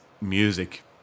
music